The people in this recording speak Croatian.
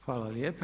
Hvala lijepa.